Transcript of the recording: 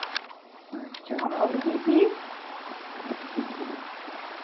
अच्छा और गोभी